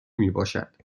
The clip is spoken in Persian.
میباشد